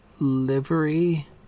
livery